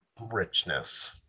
richness